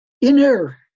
inner